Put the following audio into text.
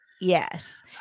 Yes